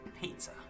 pizza